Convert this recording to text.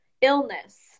illness